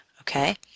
okay